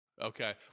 okay